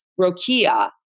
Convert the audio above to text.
Rokia